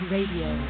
Radio